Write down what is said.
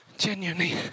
genuinely